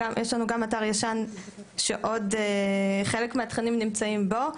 יש לנו גם אתר ישן שעדיין חלק מהתכנים נמצאים בו,